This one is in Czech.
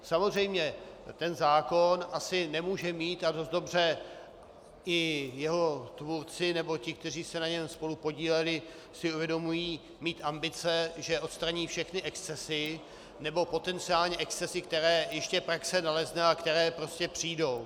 Samozřejmě ten zákon asi nemůže mít a dost dobře i jeho tvůrci nebo ti, kteří se na něm spolupodíleli, si uvědomují mít ambice, že odstraní všechny excesy, nebo potenciální excesy, které ještě praxe nalezne a které prostě přijdou.